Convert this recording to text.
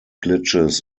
glitches